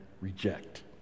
reject